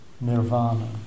Nirvana